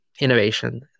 innovation